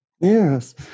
Yes